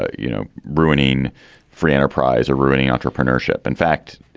ah you know, ruining free enterprise or ruining entrepreneurship. in fact,